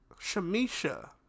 Shamisha